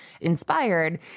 inspired